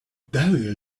devil